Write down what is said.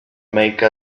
make